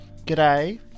G'day